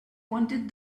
wanted